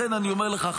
לכן אני אומר לך,